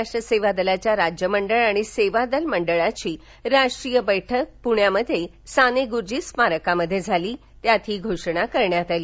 राष्ट्र सेवा दलाच्या राज्यमंडळ आणि सेवादल मंडळाची राष्ट्रीय बैठक प्ण्यात साने गुरुजी स्मारकामध्ये झाली त्यात ही घोषणा करण्यात आली